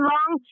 Long